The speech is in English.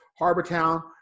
Harbortown